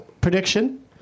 prediction